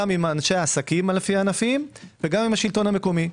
עם אנשי העסקים לפי הענפים וגם עם השלטון המקומי.